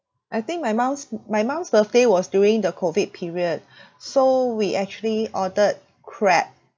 I think my mum's my mum's birthday was during the COVID period so we actually ordered crab